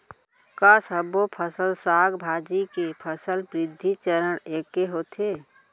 का सबो फसल, साग भाजी के फसल वृद्धि चरण ऐके होथे?